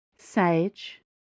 Sage